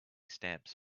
stamps